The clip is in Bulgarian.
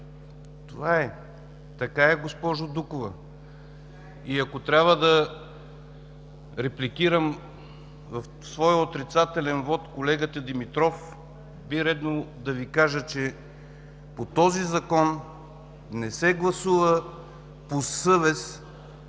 „Е-е-е!”.) Така е, госпожо Дукова! Ако трябва да репликирам в своя отрицателен вот колегата Димитров, би било редно да Ви кажа, че по този Закон не се гласува по съвест